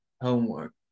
homework